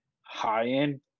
high-end